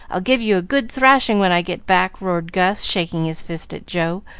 i'll give you a good thrashing when i get back! roared gus, shaking his fist at joe,